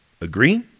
Agree